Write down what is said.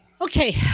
Okay